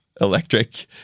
electric